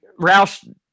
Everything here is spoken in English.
Roush